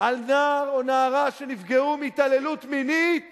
על נער או נערה שנפגעו מהתעללות מינית